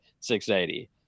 680